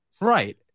Right